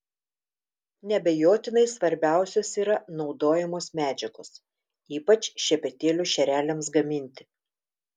neabejotinai svarbiausios yra naudojamos medžiagos ypač šepetėlio šereliams gaminti